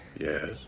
Yes